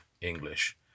English